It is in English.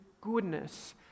goodness